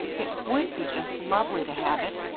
it would be just lovely to have it,